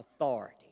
authority